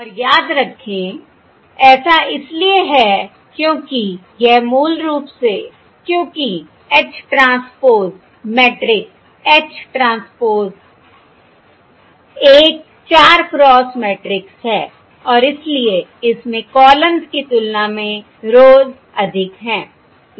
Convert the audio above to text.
और याद रखें ऐसा इसलिए है क्योंकि यह मूल रूप से क्योंकि H transpose matrix H transpose एक 4 क्रॉस मैट्रिक्स है और इसलिए इसमें कॉलम्ज़ की तुलना में रोज़ अधिक हैं